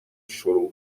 شروع